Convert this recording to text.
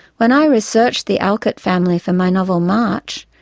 when i researched the alcott family for my novel march,